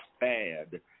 bad